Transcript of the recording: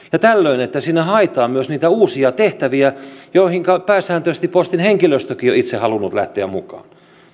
tällöin siinä haetaan myös niitä uusia tehtäviä joihinka pääsääntöisesti postin henkilöstökin on itse halunnut lähteä mukaan